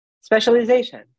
specialization